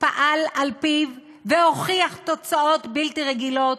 פעל על-פיו והוכיח תוצאות בלתי רגילות,